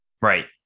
Right